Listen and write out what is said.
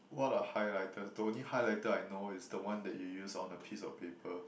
what are highlighters the only highlighter I know is the one that you use on a piece of paper